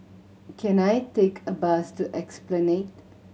can I take a bus to Esplanade